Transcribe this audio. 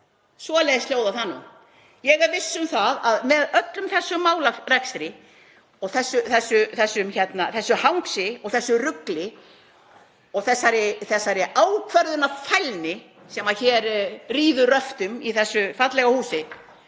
Svoleiðis hljóðar það nú. Ég er viss um að með öllum þessum málarekstri og þessu hangsi og þessu rugli, þessari ákvarðanafælni sem hér ríður röftum í þessu fallega húsi,